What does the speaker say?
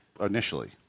initially